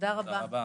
הישיבה הזאת נעולה.